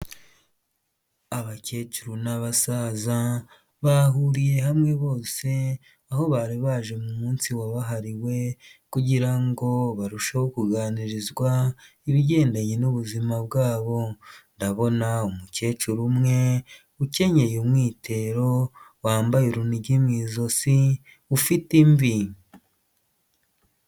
Abakecuru n'abasaza bahuriye hamwe bose aho bari baje mu munsi wabahariwe kugirango barusheho kuganirizwa ibigendanye n'ubuzima bwabo, ndabona umukecuru umwe ukenyeye umwitero wambaye urunigi mu izosi ufite imvi.